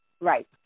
Right